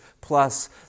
plus